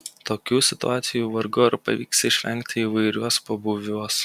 tokių situacijų vargu ar pavyks išvengti įvairiuos pobūviuos